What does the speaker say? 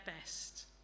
best